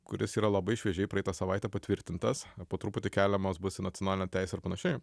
kuris yra labai šviežiai praeitą savaitę patvirtintas po truputį keliamos bus į nacionalinę teisę ar panašiai